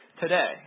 today